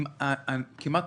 כמעט